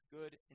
good